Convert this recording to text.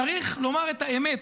צריך לומר את האמת.